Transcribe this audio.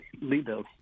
leaders